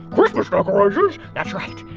christmas that's right.